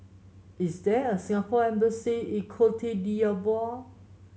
is there a Singapore Embassy in Cote d'Ivoire